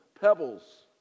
pebbles